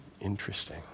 interesting